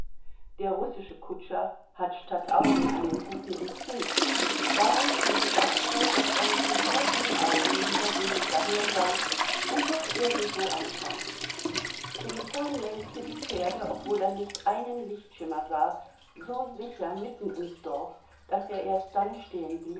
der russische kutscher hat statt augen einen guten instinkt darum kommt es auch vor daß er mit geschlossenen augen wie der wind dahersaust und doch irgendwo ankommt sselifan lenkte die pferde obwohl er nicht einen lichtschimmer sah so sicher mitten ins dorf daß er erst dann stehen